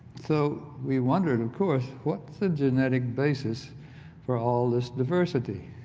so we wondered of course what's the genetic basis for all this diversity.